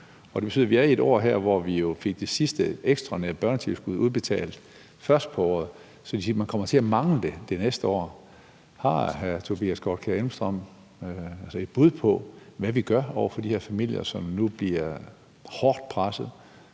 det betyder jo, at vi er i et år her, hvor vi fik det sidste ekstraordinære børnetilskud udbetalt først på året, og at det vil sige, at man kommer til at mangle det det næste år. Har hr. Tobias Grotkjær Elmstrøm et bud på, hvad vi gør over for de her familier, som nu bliver hårdt presset?